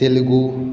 Telugu